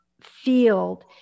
field